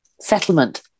settlement